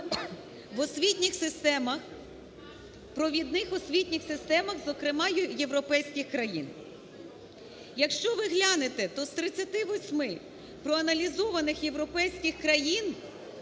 провідних освітніх системах, зокрема європейських країн. Якщо ви глянете, то з 38 проаналізованих європейських країн